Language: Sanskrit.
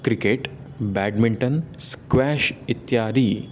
क्रिकेट् बेट्मिण्टन् स्क्वाश् इत्यादि